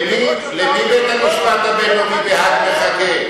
למי בית-המשפט הבין-לאומי בהאג מחכה?